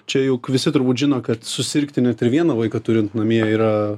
čia juk visi turbūt žino kad susirgti net ir vieną vaiką turint namie yra